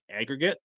aggregate